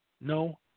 No